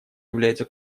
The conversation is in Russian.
является